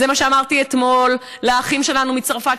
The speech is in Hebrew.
זה מה שאמרתי אתמול לאחים שלנו מצרפת